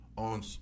On